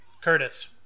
Curtis